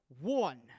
one